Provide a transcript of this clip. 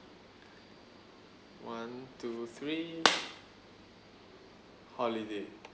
one two three holiday